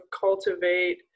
cultivate